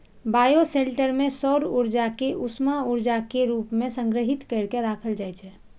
bioshelter मे सौर ऊर्जा कें उष्मा ऊर्जा के रूप मे संग्रहीत कैर के राखल जाइ छै